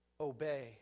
obey